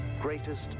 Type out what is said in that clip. greatest